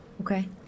okay